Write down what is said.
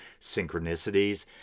synchronicities